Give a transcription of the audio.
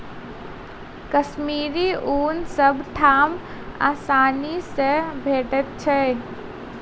कश्मीरी ऊन सब ठाम आसानी सँ भेटैत छै